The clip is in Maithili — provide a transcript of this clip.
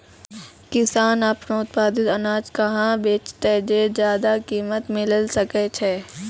किसान आपनो उत्पादित अनाज कहाँ बेचतै जे ज्यादा कीमत मिलैल सकै छै?